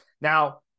Now